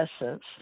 essence